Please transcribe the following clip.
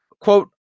quote